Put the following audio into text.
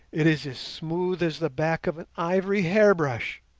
it is as smooth as the back of an ivory hairbrush